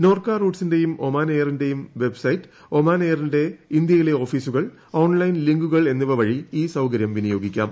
നോർക്ക റൂട്ട്സിന്റെയും ഒമാൻ എയറിന്റെയും website Oman എയറിന്റെ ഇന്ത്യയിലെ ഓഫീസുകൾ ഓൺലൈൻ ലിങ്കുകൾ എന്നിവ വഴി ഈ സൌകര്യം വിനിയോഗിക്കാം